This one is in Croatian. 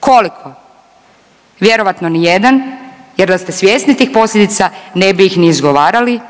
Koliko? Vjerojatno ni jedan jer da ste svjesni tih posljedica ne bi ih ni izgovarali.